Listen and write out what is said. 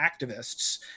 activists